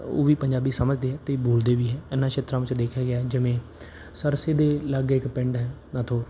ਉਹ ਵੀ ਪੰਜਾਬੀ ਸਮਝਦੇ ਆ ਅਤੇ ਬੋਲਦੇ ਵੀ ਹੈ ਇਹਨਾਂ ਛੇਤਰਾਂ ਵਿੱਚ ਦੇਖਿਆ ਗਿਆ ਜਿਵੇਂ ਸਰਸੇ ਦੇ ਲਾਗੇ ਇੱਕ ਪਿੰਡ ਹੈ ਨਾਥੋਰ